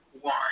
one